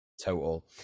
total